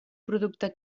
producte